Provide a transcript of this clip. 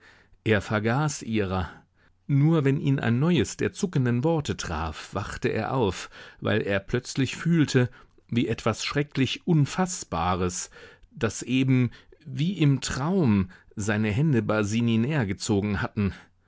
er vergaß ihrer nur wenn ihn ein neues der zuckenden worte traf wachte er auf weil er plötzlich fühlte wie etwas schrecklich unfaßbares daß eben wie im traum seine hände basini näher gezogen hatten